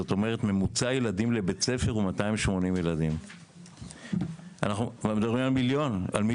זאת אומרת ממוצע הילדים בבית ספר הוא 280. אנחנו מדברים על מיליונים.